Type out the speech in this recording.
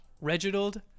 Reginald